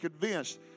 convinced